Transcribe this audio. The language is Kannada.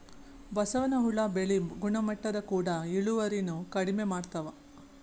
ಬಸವನ ಹುಳಾ ಬೆಳಿ ಗುಣಮಟ್ಟದ ಕೂಡ ಇಳುವರಿನು ಕಡಮಿ ಮಾಡತಾವ